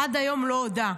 עד היום לא הודה.